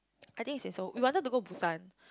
I think it's in Seoul we wanted to go Busan